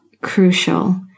crucial